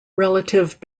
relative